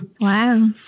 Wow